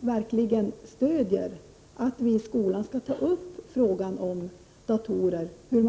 verkligen utgör ett stöd för kravet att frågan om datorer skall tas upp i skolan.